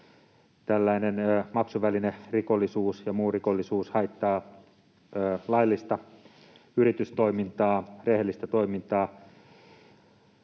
Tällainen maksuvälinerikollisuus ja muu rikollisuus haittaavat laillista yritystoimintaa, rehellistä toimintaa.